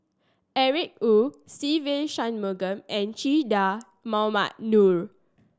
Eric Khoo Se Ve Shanmugam and Che Dah Mohamed Noor